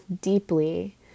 deeply